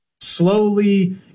slowly